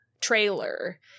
trailer